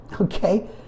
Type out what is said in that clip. Okay